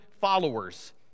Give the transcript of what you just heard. followers